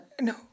No